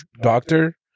Doctor